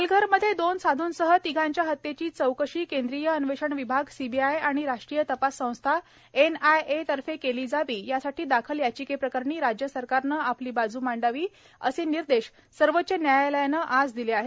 पालघरमधे दोन साधूंसह तिघांच्या हत्येची चौकशी केंद्रीय अन्वेषण विभाग सीबीआय आणि राष्ट्रीय तपास संस्था एनआयएतर्फे केली जावी यासाठी दाखल याचिकेप्रकरणी राज्य सरकारनं आपली बाजू मांडावी असे निर्देश सर्वोच्च न्यायालयानं आज दिले आहेत